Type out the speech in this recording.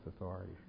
authority